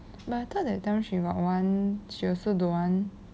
but I thought that time she got one she also don't want